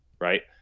right